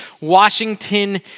Washington